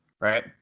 Right